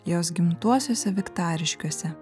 jos gimtuosiuose viktariškiuose